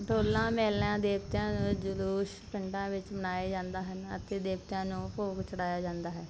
ਡੋਲਾ ਮੇਲਾਨਾ ਦੇਵਤਿਆਂ ਦੇ ਜਲੂਸ ਪਿੰਡਾਂ ਵਿੱਚ ਮਨਾਏ ਜਾਂਦੇ ਹਨ ਅਤੇ ਦੇਵਤਿਆਂ ਨੂੰ ਭੋਗ ਚੜ੍ਹਾਇਆ ਜਾਂਦਾ ਹੈ